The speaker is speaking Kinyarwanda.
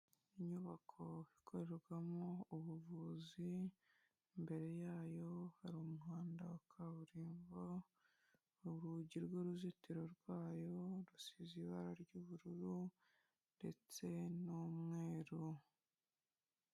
Inyubako ikorerwamo ubuvuzi, imbere yayo hari umuhanda wa kaburimbo, urugi rw'uruzitiro rwayo rusize ibara ry'ubururu ndetse n'umweru.